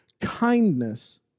kindness